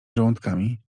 żołądkami